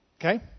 Okay